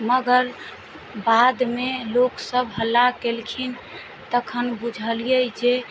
मगर बादमे लोकसब हल्ला केलखिन तखन बुझलियै जे